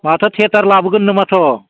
माथो थियेटार लाबोगोननो माथो